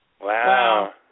Wow